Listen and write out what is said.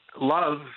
love